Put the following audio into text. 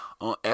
on